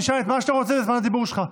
תשאל את מה שאתה רוצה בזמן הדיבור שלך.